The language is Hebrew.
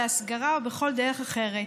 בהסגרה או בכל דרך אחרת.